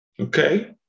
okay